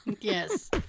Yes